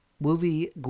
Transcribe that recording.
movie